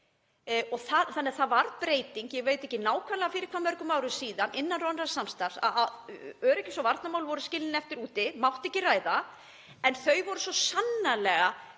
þingi. Það varð breyting, ég veit ekki nákvæmlega fyrir hvað mörgum árum síðan, innan norræns samstarfs að öryggis- og varnarmál voru skilin eftir úti, það mátti ekki ræða þau, en þau voru svo sannarlega